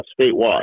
statewide